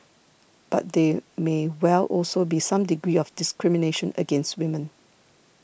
but there may well also be some degree of discrimination against women